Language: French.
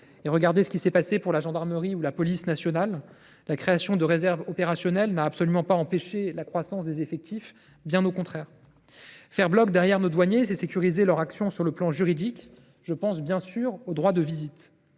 Regardez ce qui s’est passé pour la gendarmerie ou la police nationale : la création de réserves opérationnelles n’a absolument pas empêché la croissance des effectifs, bien au contraire ! Faire bloc derrière nos douaniers, c’est sécuriser leur action d’un point de vue juridique – je pense, bien sûr, au droit de visite.